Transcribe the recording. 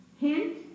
hint